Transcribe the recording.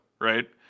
right